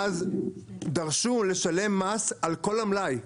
דרשו לשלם מס על כל המלאי,